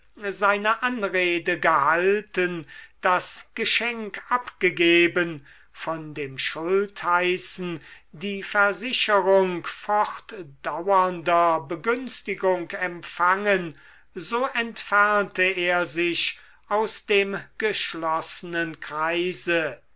seine anrede gehalten das geschenk abgegeben von dem schultheißen die versicherung fortdauernder begünstigung empfangen so entfernte er sich aus dem geschlossenen kreise